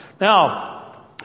Now